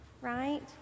right